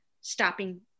stopping